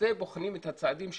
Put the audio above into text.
בוחנים את הצעדים שלו,